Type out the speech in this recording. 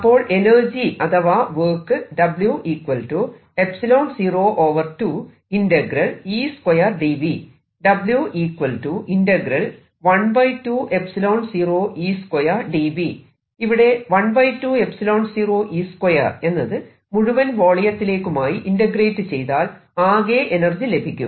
അപ്പോൾ എനർജി അഥവാ വർക്ക് ഇവിടെ 12𝟄0 E2 എന്നത് മുഴുവൻ വോളിയത്തിലേക്കുമായി ഇന്റഗ്രേറ്റ് ചെയ്താൽ ആകെ എനർജി ലഭിക്കും